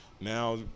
now